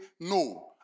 no